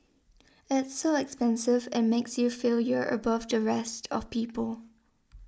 it's so expensive it makes you feel you're above the rest of people